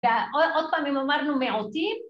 ‫ב...עוד פעם, אם אמרנו מיעוטים.